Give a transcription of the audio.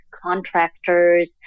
Contractors